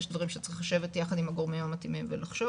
יש דברים שצריך לשבת יחד עם הגורמים המתאימים ולחשוב,